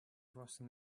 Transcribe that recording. crossing